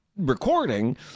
recording